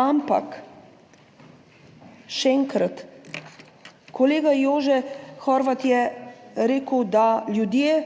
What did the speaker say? Ampak, še enkrat, kolega Jožef Horvat je rekel, da ljudje